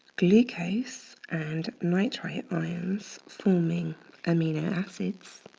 glucose and nitrate ions forming amino acids.